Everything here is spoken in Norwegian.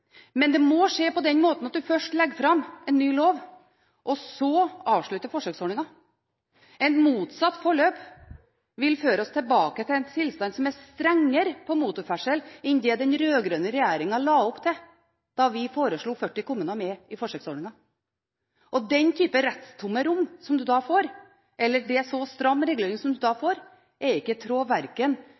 Men det må skje på den måten at en først legger fram en ny lov, og så avslutte forsøksordningen. Et motsatt forløp vil føre oss tilbake til en tilstand som er strengere på motorferdsel enn det den rød-grønne regjeringen la opp til, da vi foreslo 40 kommuner med i forsøksordningen. Den typen rettstomme rom som en da får – eller en så stram regulering som en da får – antar jeg ikke er i tråd